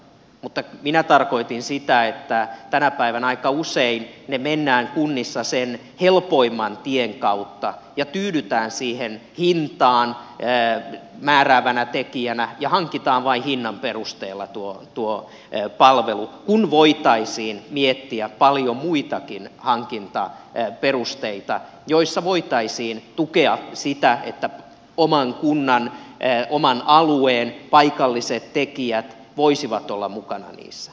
mutta minä tarkoitin sitä että tänä päivänä aika usein mennään kunnissa sen helpoimman tien kautta ja tyydytään siihen hintaan määräävänä tekijänä ja hankitaan vain hinnan perusteella tuo palvelu kun voitaisiin miettiä paljon muitakin hankintaperusteita joissa voitaisiin tukea sitä että oman kunnan oman alueen paikalliset tekijät voisivat olla mukana niissä